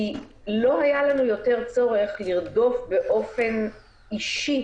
כי לא היה לנו יותר צורך לרדוף באופן אישי